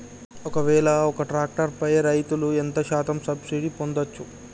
ఒక్కవేల ఒక్క ట్రాక్టర్ పై రైతులు ఎంత శాతం సబ్సిడీ పొందచ్చు?